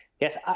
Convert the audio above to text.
Yes